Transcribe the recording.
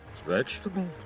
vegetable